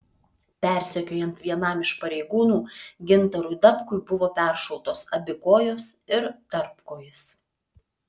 persekiojant vienam iš pareigūnų gintarui dabkui buvo peršautos abi kojos ir tarpkojis